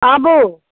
आबू